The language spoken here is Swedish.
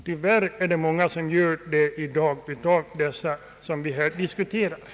Tyvärr är det många av dem vi här diskuterar som i dag känner sig orättvist behandlade.